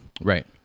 right